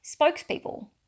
spokespeople